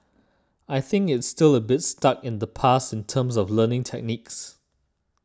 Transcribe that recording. I think it's still a bit stuck in the past in terms of learning techniques